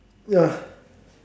ya